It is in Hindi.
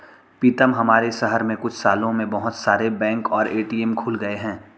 पीतम हमारे शहर में कुछ सालों में बहुत सारे बैंक और ए.टी.एम खुल गए हैं